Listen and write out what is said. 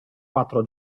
quattro